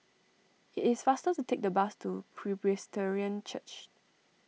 it is faster to take the bus to Presbyterian Church